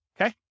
Okay